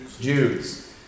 Jews